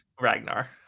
Ragnar